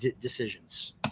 decisions